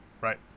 Right